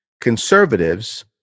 conservatives